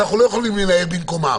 אנחנו לא יכולים לנהל במקומם.